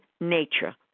nature